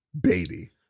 baby